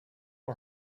are